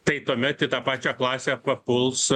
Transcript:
tai tuomet į tą pačią klasę papuls